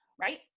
Right